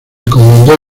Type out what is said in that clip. encomendó